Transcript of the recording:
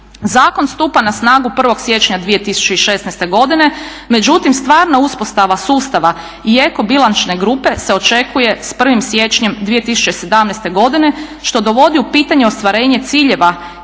Zakon stupa na snagu 1. siječnja 2016. godine, međutim stvarna uspostava sustava i eko bilančne grupe se očekuje s 1. siječnjem 2017. godine što dovodi u pitanje ostvarenje ciljeva